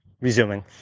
resuming